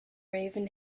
raven